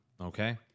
Okay